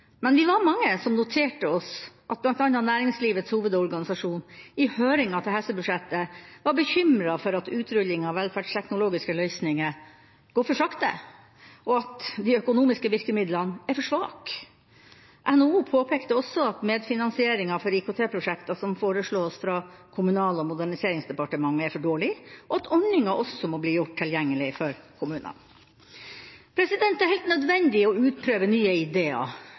men vi var mange som noterte oss at bl.a. Næringslivets Hovedorganisasjon i høringa til helsebudsjettet var bekymret for at utrulling av velferdsteknologiske løsninger går for sakte, og at de økonomiske virkemidlene er for svake. NHO påpekte også at medfinansieringa for IKT-prosjekter som foreslås fra Kommunal- og moderniseringsdepartementet, er for dårlig, og at ordninga også må bli gjort tilgjengelig for kommunene. Det er helt nødvendig å utprøve nye ideer